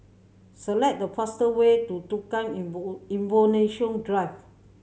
select the fastest way to Tukang Drive